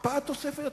הקפאת תוספת היוקר.